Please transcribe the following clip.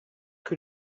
que